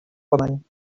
woman